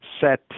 set